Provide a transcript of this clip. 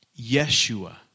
Yeshua